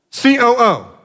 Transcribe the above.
COO